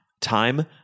Time